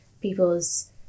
people's